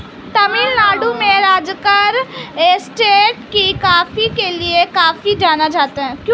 तमिल नाडु में राजकक्कड़ एस्टेट भी कॉफी के लिए काफी जाना जाता है